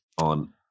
on